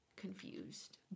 Confused